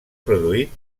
produït